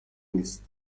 نیست